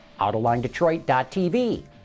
autolinedetroit.tv